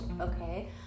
Okay